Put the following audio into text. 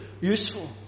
useful